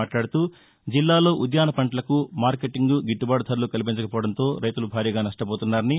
మాట్లాడుతూ జిల్లాలో ఉద్యాన పంటలకు మార్కెటింగ్ గిట్టుబాటు ధరలు కల్పించకపోవడంతో రైతులు భారీగా నష్టపోతున్నారని